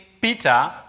Peter